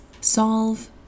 solve